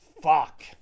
fuck